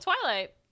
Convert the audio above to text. Twilight